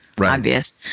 obvious